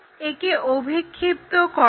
একে অভিক্ষিপ্ত করো